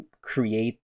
create